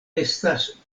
estas